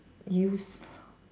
use